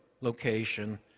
location